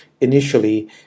initially